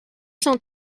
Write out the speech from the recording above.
cent